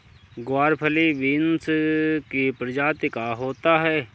ग्वारफली बींस की प्रजाति का होता है